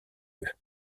eux